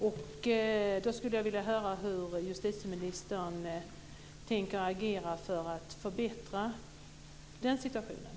Därför skulle jag vilja höra hur justitieministern tänker agera för att förbättra situationen.